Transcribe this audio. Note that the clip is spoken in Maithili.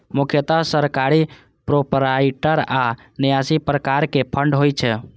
मुख्यतः सरकारी, प्रोपराइटरी आ न्यासी प्रकारक फंड होइ छै